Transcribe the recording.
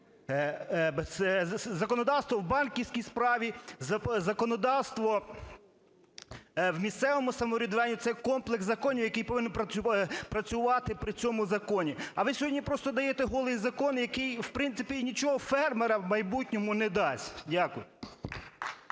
Законодавство у банківській справі, законодавство в місцевому самоврядуванні, це комплекс законів, який повинен працювати при цьому законі. А ви сьогодні просто даєте "голий" закон, який в принципі нічого фермерам в майбутньому не дасть. Дякую.